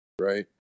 right